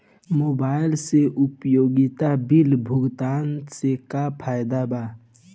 Mobile से उपयोगिता bill भुगतान से का फायदा बा?